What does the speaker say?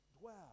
dwell